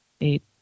eight